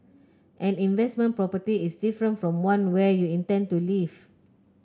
an investment property is different from one where you intend to live